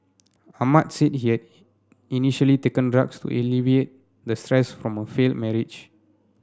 Ahmad said head initially taken drugs to alleviate the stress from a failed marriage